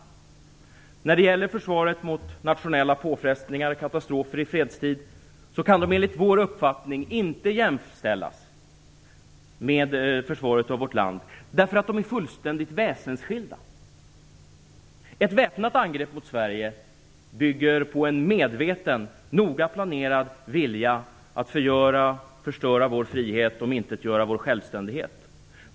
Försvaret mot nationella påfrestningar och katastrofer i fredstid kan enligt vår uppfattning inte jämställas med försvaret av vårt land, därför att de är fullständigt väsensskilda. Ett väpnat angrepp mot Sverige bygger på en medveten och noga planerad vilja att förgöra och förstöra vår frihet och omintetgöra vår självständighet.